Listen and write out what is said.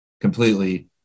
completely